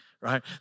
right